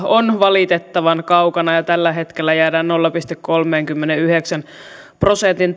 on valitettavan kaukana ja tällä hetkellä jäädään nolla pilkku kolmenkymmenenyhdeksän prosentin